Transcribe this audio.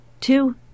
two